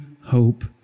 hope